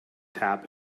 tap